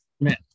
man